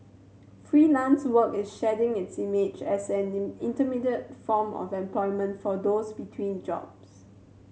Freelance Work is shedding its image as an in intermediate form of employment for those between jobs